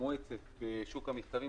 המואצת בשוק המכתבים,